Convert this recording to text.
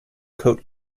coat